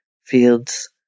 fields